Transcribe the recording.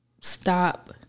stop